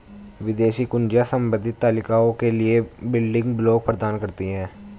विदेशी कुंजियाँ संबंधित तालिकाओं के लिए बिल्डिंग ब्लॉक प्रदान करती हैं